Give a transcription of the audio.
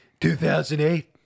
2008